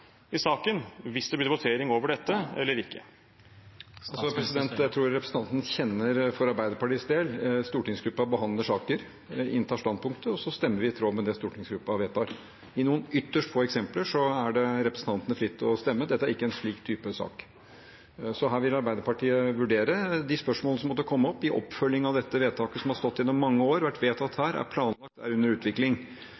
i saken, hvis det blir votering over dette, eller ikke? Jeg tror representanten kjenner hvordan Arbeiderpartiets stortingsgruppe behandler saker, inntar standpunkter og så stemmer i tråd med det stortingsgruppen vedtar. I noen ytterst få eksempler er det for representantene fritt å stemme. Dette er ikke en slik type sak. Så her vil Arbeiderpartiet vurdere de spørsmål som måtte komme opp i oppfølgingen av dette vedtaket, som har stått gjennom mange år, har vært vedtatt